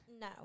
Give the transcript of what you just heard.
no